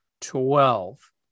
twelve